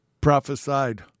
prophesied